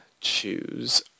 choose